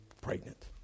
pregnant